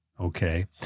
Okay